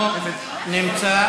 אינו נמצא.